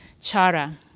chara